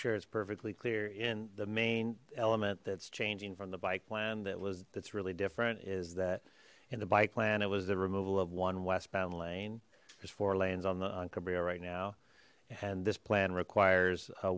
sure it's perfectly clear in the main element that's changing from the bike plan that was it's really different is that in the bike plan it was the removal of one westbound lane there's four lanes on the on cabrillo right now and this plan requires a